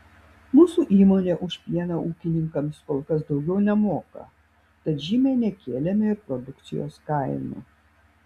mūsų įmonė už pieną ūkininkams kol kas daugiau nemoka tad žymiai nekėlėme ir produkcijos kainų